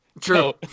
True